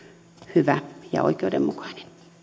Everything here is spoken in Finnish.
hyvä ja oikeudenmukainen